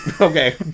Okay